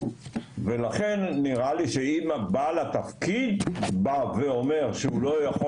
ולכן נראה לי שאם בעל התפקיד בא ואומר שהוא לא יכול